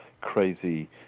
crazy